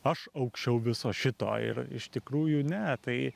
aš aukščiau viso šito ir iš tikrųjų ne tai